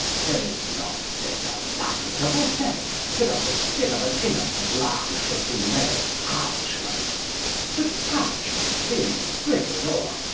is not this a lamentable thing, that of the skin of an innocent lambe should be made parchment that parchment being scribeld ore,